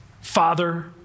Father